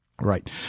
right